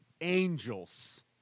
angels